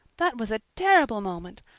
that was a terrible moment.